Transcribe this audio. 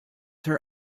her